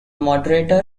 moderator